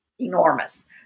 enormous